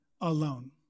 alone